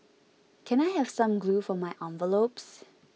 can I have some glue for my envelopes